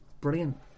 brilliant